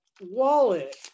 wallet